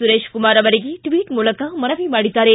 ಸುರೇಶ್ಕುಮಾರ್ ಅವರಿಗೆ ಟ್ವಿಟ್ ಮೂಲಕ ಮನವಿ ಮಾಡಿದ್ದಾರೆ